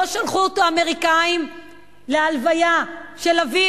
לא שלחו אותו האמריקנים להלוויה של אביו.